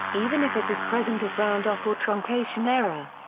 even if it is present as round-off or truncation error.